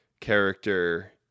character